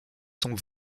sont